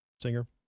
singer